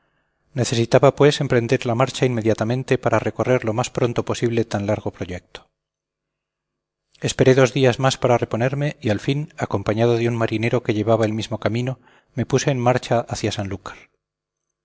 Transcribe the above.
necesitaba pues emprender la marcha inmediatamente para recorrer lo más pronto posible tan largo proyecto esperé dos días más para reponerme y al fin acompañado de un marinero que llevaba el mismo camino me puse en marcha hacia sanlúcar